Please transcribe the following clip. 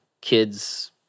kids